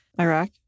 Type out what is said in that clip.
Iraq